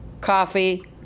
coffee